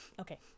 okay